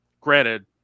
granted